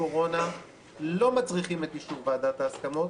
קורונה לא מצריכים את אישור ועדת ההסכמות,